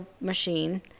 machine